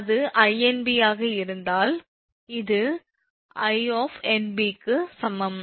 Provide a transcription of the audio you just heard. அது 𝑖𝑁𝐵 ஆக இருந்தால் இது 𝑖𝑁𝐵 க்கு சமம்